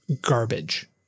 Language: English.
garbage